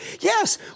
Yes